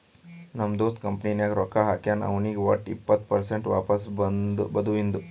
ನಮ್ ದೋಸ್ತ ಕಂಪನಿ ನಾಗ್ ರೊಕ್ಕಾ ಹಾಕ್ಯಾನ್ ಅವ್ನಿಗ್ ವಟ್ ಇಪ್ಪತ್ ಪರ್ಸೆಂಟ್ ವಾಪಸ್ ಬದುವಿಂದು